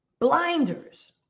blinders